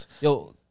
Yo